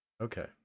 Okay